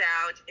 out